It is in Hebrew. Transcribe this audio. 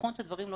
נכון שהדברים לא